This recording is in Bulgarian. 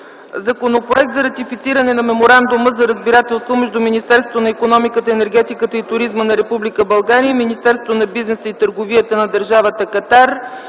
Законопроект за ратифициране на Меморандума за разбирателство между Министерството на икономиката, енергетиката и туризма на Република България и Министерството на бизнеса и търговията на Държавата Катар.